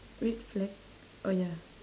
red flag oh ya